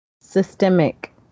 systemic